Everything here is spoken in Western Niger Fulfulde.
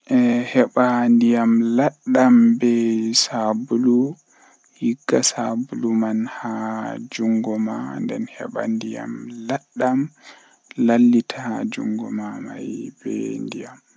Naye, Tati, Ɗidi, Gotel, Joye, Sappo, Jweetati, Jweenay, Jweedidi, Jeego, Sappo e nay, Sappo e joye, Sappo e didi, Sappo e go'o, Sappo e tati.